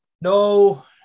no